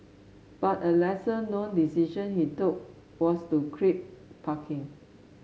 but a lesser known decision he took was to crimp parking